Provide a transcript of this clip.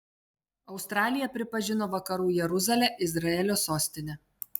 australija pripažino vakarų jeruzalę izraelio sostine